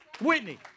Whitney